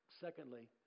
secondly